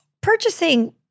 purchasing